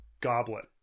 goblet